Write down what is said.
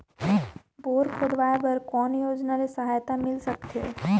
Bore खोदवाय बर कौन योजना ले सहायता मिल सकथे?